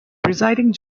presiding